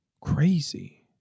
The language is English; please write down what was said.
crazy